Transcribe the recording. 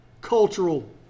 cultural